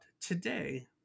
today